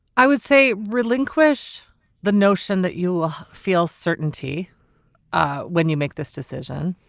i would say relinquish the notion that you feel certainty ah when you make this decision.